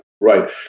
right